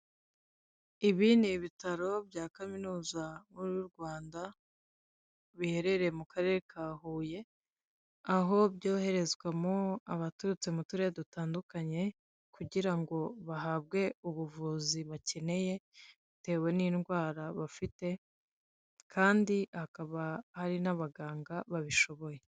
Ibi ni ibitaro bya kaminuza nkuru y'u Rwanda, biherereye mu karere ka Huye, aho byoherezwamo abaturutse mu turere dutandukanye kugirango bahabwe ubuvuzi bakeneye bitewe n'indwara bafite, kandi hakaba hari n'abaganga babishoboye.